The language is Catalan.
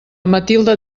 matilde